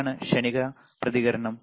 എന്താണ് ക്ഷണിക പ്രതികരണം